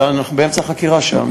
אנחנו באמצע חקירה שם.